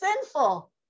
sinful